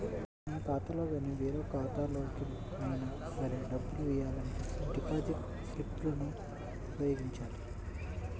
మన ఖాతాలో గానీ ఎవరి ఖాతాలోకి అయినా సరే డబ్బులు వెయ్యాలంటే డిపాజిట్ స్లిప్ లను ఉపయోగించాలి